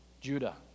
Judah